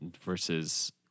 versus